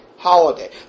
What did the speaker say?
holiday